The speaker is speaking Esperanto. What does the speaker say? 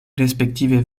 respektive